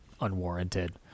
unwarranted